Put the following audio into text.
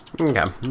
okay